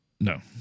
no